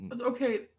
Okay